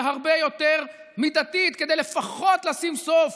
הרבה יותר מידתית כדי לפחות לשים סוף